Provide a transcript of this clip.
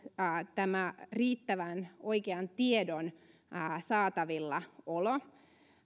tämä riittävän oikean tiedon saatavilla olo